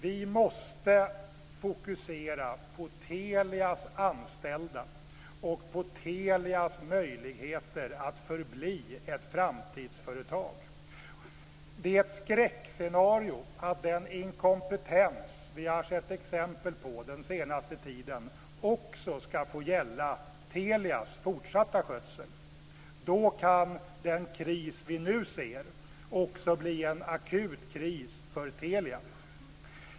Vi måste fokusera på Telias anställda och på Telias möjligheter att förbli ett framtidsföretag. Det är ett skräckscenario att den inkompetens som vi har sett exempel på den senaste tiden också ska få gälla Telias fortsatta skötsel. Då kan den strid vi nu ser också bli en akut kris för Telia.